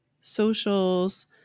socials